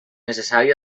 necessari